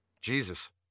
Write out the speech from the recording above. Jesus